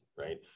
right